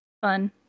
Fun